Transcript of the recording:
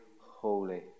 holy